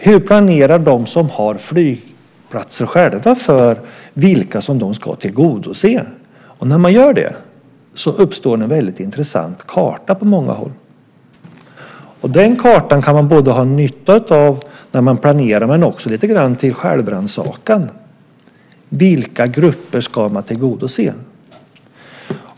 Hur planerar de som har flygplatser själva för vilka som de ska tillgodose? När man gör det uppstår en väldigt intressant karta på många håll. Den kartan kan man ha nytta av när man planerar, men man kan också använda den lite grann till självrannsakan. Vilka grupper ska man tillgodose?